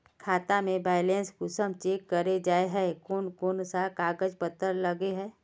खाता में बैलेंस कुंसम चेक करे जाय है कोन कोन सा कागज पत्र लगे है?